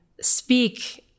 speak